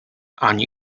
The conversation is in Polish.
ani